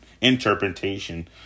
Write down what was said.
interpretation